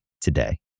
today